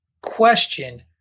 question